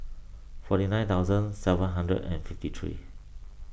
forty nine thousand seven hundred and fifty three